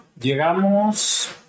llegamos